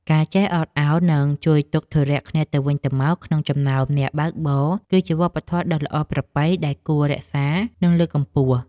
ការចេះអត់ឱននិងជួយទុក្ខធុរៈគ្នាទៅវិញទៅមកក្នុងចំណោមអ្នកបើកបរគឺជាវប្បធម៌ដ៏ល្អប្រពៃដែលគួររក្សានិងលើកកម្ពស់។